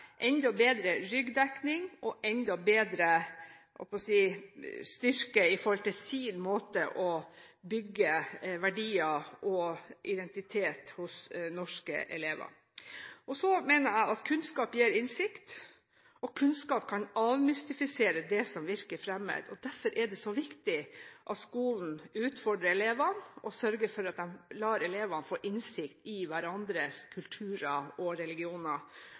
enda bedre ryggdekning og enda bedre styrke i sin måte å bygge verdier og identitet på hos norske elever. Så mener jeg at kunnskap gir innsikt, og at kunnskap kan avmystifisere det som virker fremmed. Derfor er det så viktig at skolen utfordrer elevene og sørger for å la dem få innsikt i hverandres kultur og